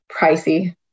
pricey